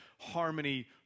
harmony